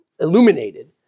illuminated